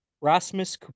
Rasmus